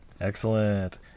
Excellent